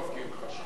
טוב, כי הן חשכו.